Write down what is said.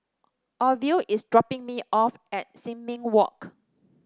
Orville is dropping me off at Sin Ming Walk